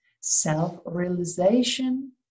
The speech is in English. self-realization